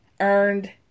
Earned